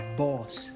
boss